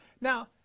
Now